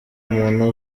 muntu